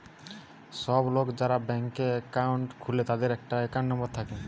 সব লোক যারা ব্যাংকে একাউন্ট খুলে তাদের একটা একাউন্ট নাম্বার থাকে